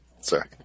Sorry